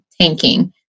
tanking